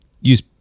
Use